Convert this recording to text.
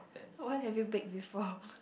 what have you baked before